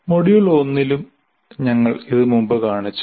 module 1 ലും ഞങ്ങൾ ഇത് മുമ്പ് കാണിച്ചു